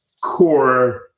core